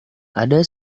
ada